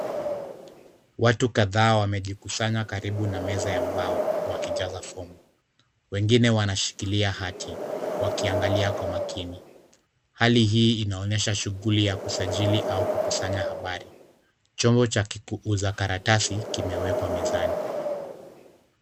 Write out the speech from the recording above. Watu kadhaa wamejikusanya karibu na meza ya mbao wakijaza fomu. Wengine wanashikilia hati wakiangalia kwa makini. Hali hii inaonyesha shughuli ya kusajili au kukusanya habari. Chombo cha ki kuu cha karatasi kimewekwa mezani.